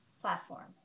platform